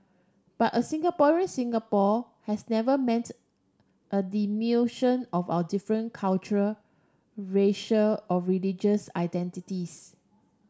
but a Singaporean Singapore has never meant a diminution of our different cultural racial or religious identities